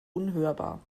unhörbar